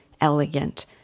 elegant